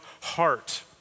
heart